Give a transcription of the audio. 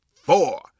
four